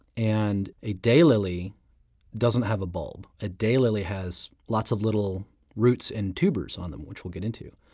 and a daylily doesn't have a bulb. a daylily has lots of little roots and tubers on them, which we'll get into.